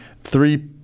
three –